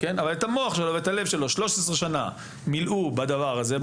אבל את המוח שלו ואת הלב שלו 13 שנה מילאו בדבר הזה,